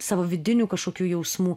savo vidinių kažkokių jausmų